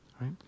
right